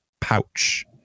pouch